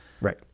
Right